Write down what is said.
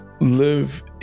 Live